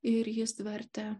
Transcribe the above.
ir jis vertė